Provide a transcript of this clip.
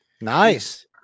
Nice